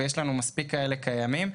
ויש לנו מספיק כאלה קיימים.